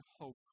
hope